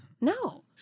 No